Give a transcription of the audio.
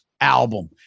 album